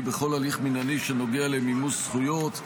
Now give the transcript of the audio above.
בכל הליך משפטי שנוגע למימוש זכויות,